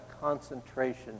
concentration